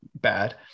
bad